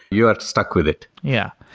you are stuck with it yeah,